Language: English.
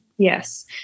Yes